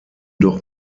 doch